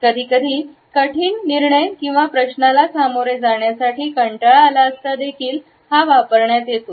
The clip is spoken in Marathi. कधीकधी कठीण निर्णय किंवा प्रश्नाला सामोरे जाण्यासाठी कंटाळा आला असता देखील वापरण्यात येतो